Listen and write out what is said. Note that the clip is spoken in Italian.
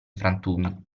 frantumi